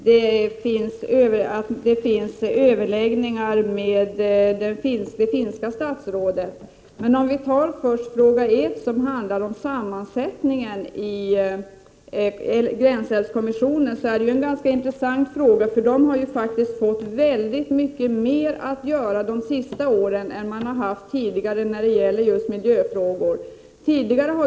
Herr talman! Jag tycker att det är bra att det förekommer överläggningar med det finska statsrådet. Min första fråga gällde sammansättningarna av gränsälvskommissionen. Det är en ganska intressant fråga eftersom kommissionen under de senaste åren faktiskt har fått mycket mer att göra med miljöfrågor än vad som var fallet tidigare.